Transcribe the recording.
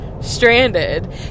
stranded